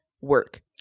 work